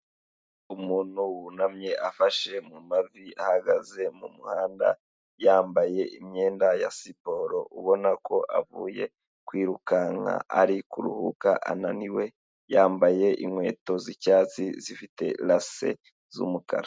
Umuntu wunamye afashe mu mavi ahagaze mu muhanda, yambaye imyenda ya siporo, ubona ko avuye kwirukanka ari kuruhuka ananiwe, yambaye inkweto z'icyatsi zifite rase z'umukara.